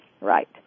right